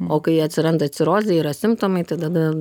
o kai atsiranda cirozė yra simptomai tai tada